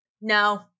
no